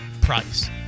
price